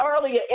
earlier